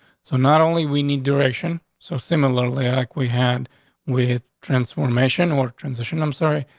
so not only we need direction so similarly ah like we had with transformation or transition. i'm sorry.